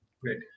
Great